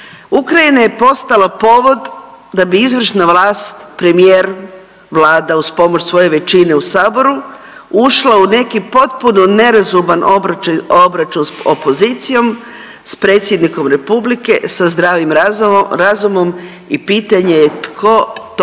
Ukrajina je postala povod da bi izvršna vlast, premijer, Vlada uz pomoć svoje većine u Saboru ušla u neki potpuno nerazuman obračun s opozicijom, s Predsjednikom RH, za zdravim razumom i pitanje je tko to